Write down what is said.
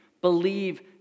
Believe